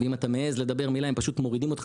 ואם אתה מעז לדבר מילה הם פשוט מורידים אותך